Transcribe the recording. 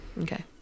okay